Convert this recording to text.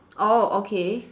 oh okay